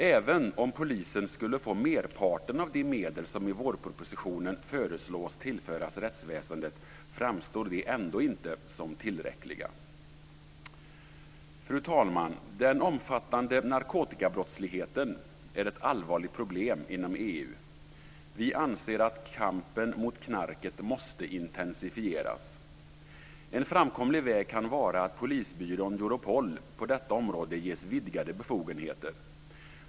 Även om polisen skulle få merparten av de medel som i vårpropositionen föreslås tillföras rättsväsendet framstår de ändå inte som tillräckliga. Fru talman! Den omfattande narkotikabrottsligheten är ett allvarligt problem inom EU. Vi anser att kampen mot knarket måste intensifieras. En framkomlig väg kan vara att polisbyrån Europol på detta område ges vidgade befogenheter.